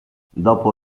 dopo